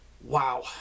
Wow